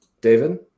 David